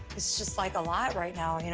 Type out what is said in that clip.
it's just like a lot right now, you know?